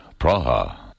Praha